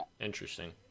interesting